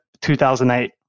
2008